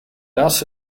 das